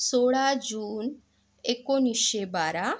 सोळा जून एकोणिसशे बारा